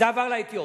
זה עבר לאתיופים.